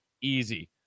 easy